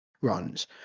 runs